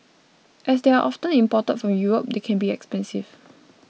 as they are often imported from Europe they can be expensive